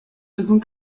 raisons